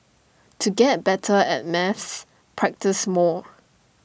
to get better at maths practise more